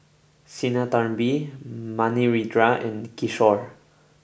Sinnathamby Manindra and Kishore